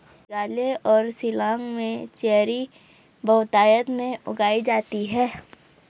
मेघालय और शिलांग में चेरी बहुतायत में उगाई जाती है